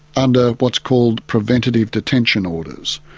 under what's called preventative detention orders.